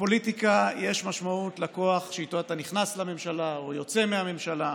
בפוליטיקה יש משמעות לכוח שאיתו אתה נכנס לממשלה או יוצא מהממשלה,